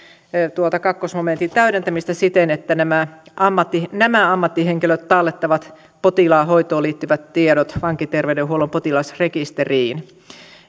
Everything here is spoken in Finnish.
tuota toisen momentin täydentämistä siten että nämä ammattihenkilöt tallettavat potilaan hoitoon liittyvät tiedot vankiterveydenhuollon potilasrekisteriin